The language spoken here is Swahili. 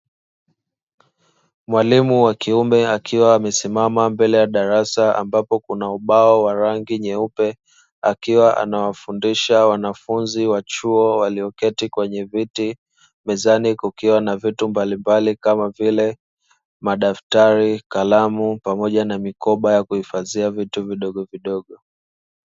Mwalimu wa kiume akiwa amesimama mbele ya darasa ambapo kuna ubao wa rangi nyeupe, akiwa anawafundisha wanafunzi wa chuo walioketi kwenye viti; mezani kukiwa na vitu mbalimbli kama vile madaftari, kalamu pamoja na mikoba ya kuhifadhia vitu vidogovidogo.